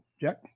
Jack